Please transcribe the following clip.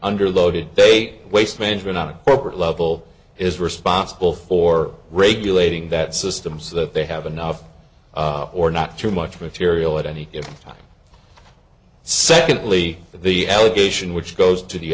under loaded date waste management out of corporate level is responsible for regulating that system so that they have enough or not too much material at any time secondly the allegation which goes to the